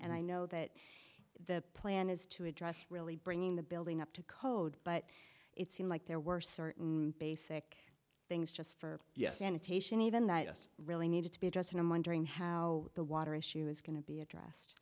and i know that the plan is to address really bringing the building up to code but it seemed like there were certain basic things just for yes and even that just really needed to be addressed and i'm wondering how the water issue is going to be addressed